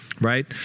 Right